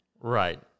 Right